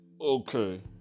okay